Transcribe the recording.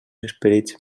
esperits